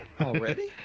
Already